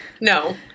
No